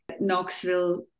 Knoxville